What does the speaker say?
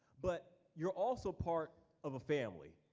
but you're also part of a family.